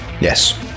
Yes